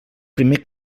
primer